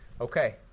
Okay